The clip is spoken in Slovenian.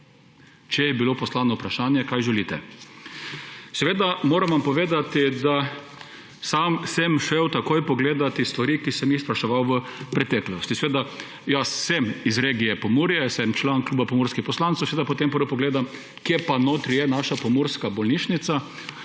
če je bilo poslano vprašanje, kaj želite. Moram vam povedati, da sam sem šel takoj pogledat stvari, ki sem jih spraševal v preteklosti. Jaz sem iz regije Pomurja, jaz sem član Kluba pomurskih poslancev, seveda potem prvo pogledam, kje pa je notri naša pomurska bolnišnica,